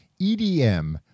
EDM